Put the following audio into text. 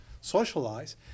socialize